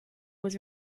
was